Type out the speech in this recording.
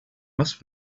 must